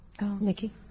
Nikki